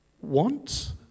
want